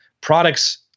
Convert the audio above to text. products